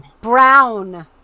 Brown